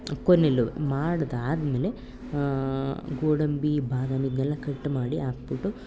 ಕೊನೆಲು ಮಾಡಿದ್ದಾದ್ಮೇಲೆ ಗೋಡಂಬಿ ಬಾದಾಮಿ ಇದನ್ನೆಲ್ಲ ಕಟ್ ಮಾಡಿ ಹಾಕ್ಬಿಟ್ಟು